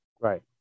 Right